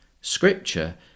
Scripture